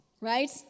Right